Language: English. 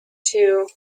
too